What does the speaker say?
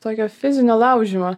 tokio fizinio laužymo